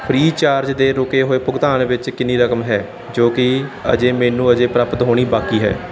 Freecharge ਦੇ ਰੁਕੇ ਹੋਏ ਭੁਗਤਾਨ ਵਿੱਚ ਕਿੰਨੀ ਰਕਮ ਹੈ ਜੋ ਕਿ ਅਜੇ ਮੈਨੂੰ ਅਜੇ ਪ੍ਰਾਪਤ ਹੋਣੀ ਬਾਕੀ ਹੈ